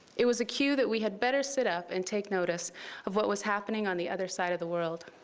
it was a cue that we had better sit up and take notice of what was happening on the other side of the world.